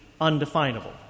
undefinable